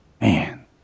Man